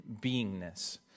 beingness